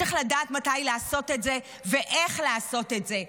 צריך לדעת מתי לעשות את זה ואיך לעשות את זה.